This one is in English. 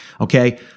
okay